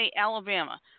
Alabama